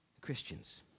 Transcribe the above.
Christians